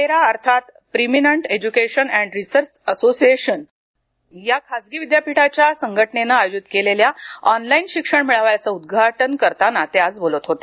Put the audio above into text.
पेरा अर्थात preeminent education and research association या खासगी विद्यापीठांच्या संघटनेनं आयोजित केलेल्या ऑनलाईन शिक्षण मेळ्याचं उद्घाटन केल्यानंतर ते आज बोलत होते